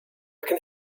can